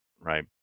right